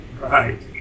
Right